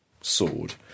sword